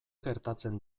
gertatzen